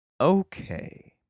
Okay